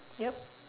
yup